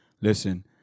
Listen